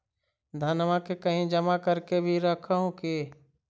धनमा के कहिं जमा कर के भी रख हू की?